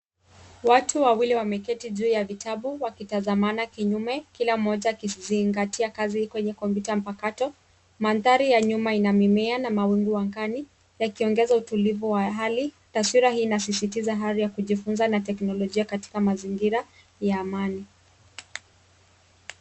Watu wawili wameketi juu ya vitabu wakitazamana kinyume kila mmoja akizingatia kazi kwenye kompyuta mpakato. Mandhari ya nyuma ina mimea na mawingu angani yakiongeza utulivu wa hali. Taswira hii inasisitiza hali ya kujifunza na teknolojia katika mazingira ya amani.